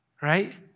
right